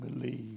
believe